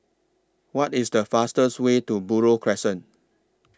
What IS The fastest Way to Buroh Crescent